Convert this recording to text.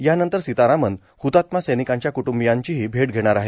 यानंतर सीतारामन ह्तात्मा सैनिकांच्या कुटुंबियांचीही भेट घेणार आहेत